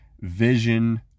Vision